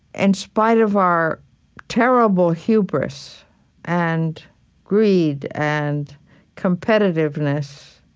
and spite of our terrible hubris and greed and competitiveness,